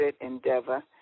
endeavor